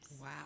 Wow